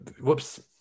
Whoops